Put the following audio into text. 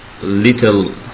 little